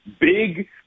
big